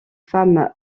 femme